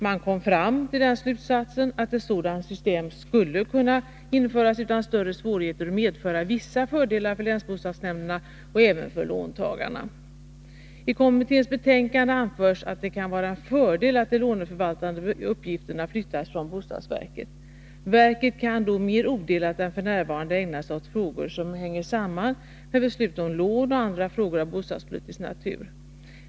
Man kom fram till den slutsatsen att ett sådant system skulle kunna införas utan större svårigheter och medföra vissa fördelar för länsbostadsnämnderna och även för låntagarna. I kommitténs betänkande anförs att det kan vara en fördel att de låneförvaltande uppgifterna flyttas från bostadsverket. Verket kan då mera odelat än f. n. ägna sig åt frågor som hänger samman med beslut om lån och andra frågor av bostadspolitisk natur.